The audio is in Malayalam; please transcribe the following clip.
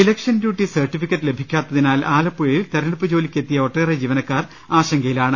ഇലക്ഷൻ ഡ്യൂട്ടി സർട്ടിഫിക്കറ്റ് ലഭിക്കാത്തതിനാൽ ആല പ്പുഴയിൽ തെരഞ്ഞെടുപ്പ് ജോലിക്ക് എത്തിയ ഒട്ടേറെ ജീവന ക്കാർ ആശങ്കയിലാണ്